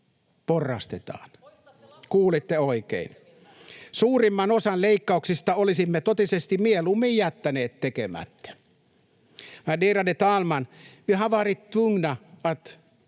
työttömiltä!] Suurimman osan leikkauksista olisimme totisesti mieluummin jättäneet tekemättä.